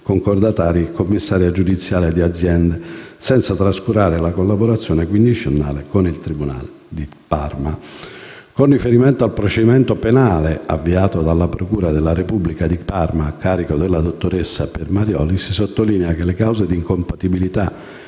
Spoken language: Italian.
concordatari e commissaria giudiziale di aziende, senza trascurare la collaborazione quindicennale con il tribunale di Parma. Con riferimento al procedimento penale avviato dalla procura della Repubblica di Parma a carico della dottoressa Piermarioli, si sottolinea che le cause di incompatibilità